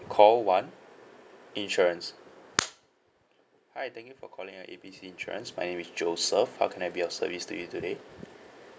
call one insurance hi thank you for calling A B C insurance my name is joseph how can I be of service to you today